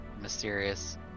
mysterious